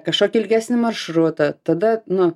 kažkokį ilgesnį maršrutą tada nu